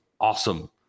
awesome